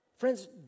Friends